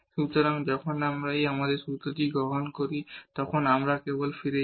সুতরাং যখন আমরা আমাদের সূত্রটি গ্রহণ করি যদি আমরা কেবল ফিরে যাই